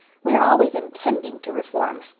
we are always intending to reform.